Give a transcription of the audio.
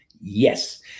Yes